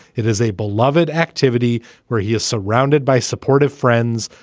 it is a beloved activity where he is surrounded by supportive friends,